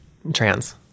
trans